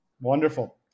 Wonderful